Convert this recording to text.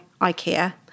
IKEA